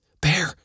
Bear